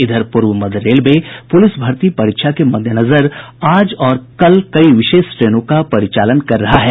इधर पूर्व मध्य रेलवे पुलिस भर्ती परीक्षा के मद्देनजर आज और कल कई विशेष ट्रेनों का परिचालन कर रहा है